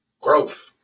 growth